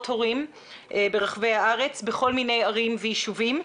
הורים ברחבי הארץ בכל מיני ערים ויישובים.